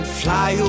fly